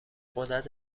غدد